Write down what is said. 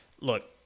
Look